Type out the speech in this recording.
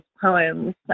poems